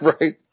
right